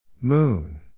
Moon